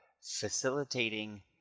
facilitating